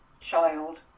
child